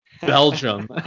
Belgium